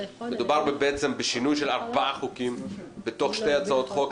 מדובר בעצם בשינוי של ארבעה חוקים בתוך שתי הצעות חוק,